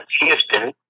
Houston